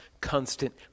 constant